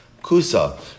Kusa